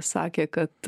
sakė kad